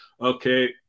okay